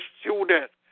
students